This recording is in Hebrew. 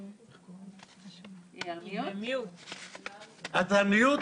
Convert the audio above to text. עד שניצור קשר, תשאל את היועצת